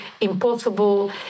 impossible